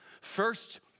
first